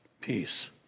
peace